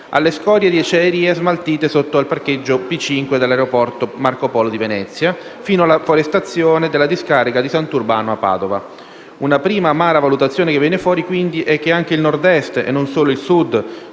alle scorie di acciaieria smaltite sotto al parcheggio P5 dell'aeroporto Marco Polo di Venezia, fino alla forestazione della discarica di Sant'Urbano a Padova. Una prima amara valutazione che viene fuori, quindi, è che anche il Nord-Est - e non solo il Sud